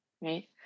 right